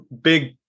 big